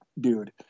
dude